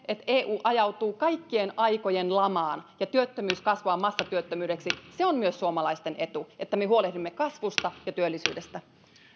että eu ajautuu kaikkien aikojen lamaan ja työttömyys kasvaa massatyöttömyydeksi se on myös suomalaisten etu että me huolehdimme kasvusta ja työllisyydestä